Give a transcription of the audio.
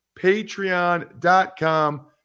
patreon.com